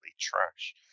trash